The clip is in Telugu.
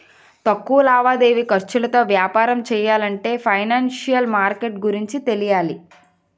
తక్కువ లావాదేవీ ఖర్చులతో వ్యాపారం చెయ్యాలంటే ఫైనాన్సిషియల్ మార్కెట్ గురించి తెలియాలి